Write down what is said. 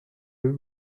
deux